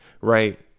right